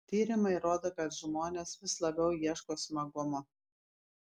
tyrimai rodo kad žmonės vis labiau ieško smagumo